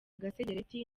gasegereti